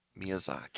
Miyazaki